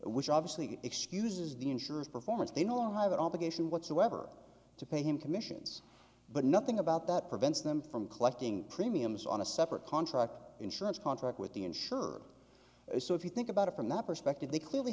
which obviously excuses the insurers performance they don't have that obligation whatsoever to pay him commissions but nothing about that prevents them from collecting premiums on a separate contract insurance contract with the insured so if you think about it from that perspective they clearly